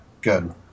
good